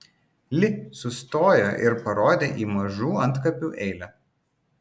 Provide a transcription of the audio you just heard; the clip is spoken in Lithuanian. li sustojo ir parodė į mažų antkapių eilę